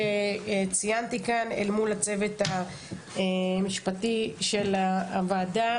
שציינתי כאן אל מול הצוות המשפטי של הוועדה.